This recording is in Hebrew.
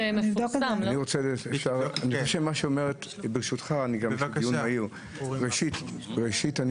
אני חושב המטרה היא הרי למנוע שימוש בשקיות אנחנו